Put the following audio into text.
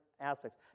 aspects